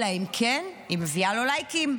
אלא אם כן היא מביאה לו לייקים.